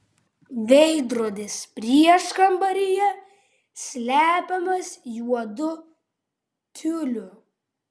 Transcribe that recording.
veidrodis prieškambaryje slepiamas juodu tiuliu